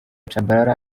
tchabalala